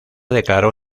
declaró